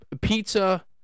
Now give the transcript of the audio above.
Pizza